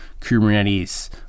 Kubernetes